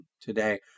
today